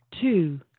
two